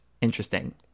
interesting